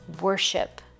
worship